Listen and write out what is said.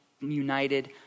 united